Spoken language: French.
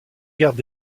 garde